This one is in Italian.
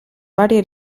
varie